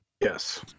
Yes